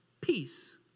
peace